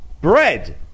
bread